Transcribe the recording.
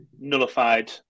nullified